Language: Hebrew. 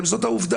חוקה, זאת התשובה.